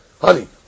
honey